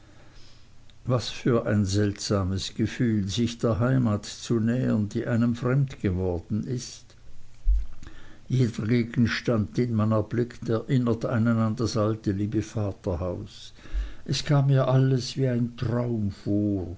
was für ein seltsames gefühl sich der heimat zu nähern die einem fremd geworden ist jeder gegenstand den man erblickt erinnert einen an das alte liebe vaterhaus es kam mir alles wie ein traum